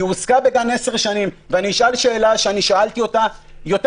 היא הועסקה בגן עשר שנים ואני אשאל שאלה ששאלתי אותה יותר